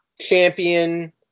champion